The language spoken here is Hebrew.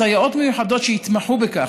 אז סייעות מיוחדות שיתמחו בכך,